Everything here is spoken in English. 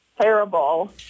terrible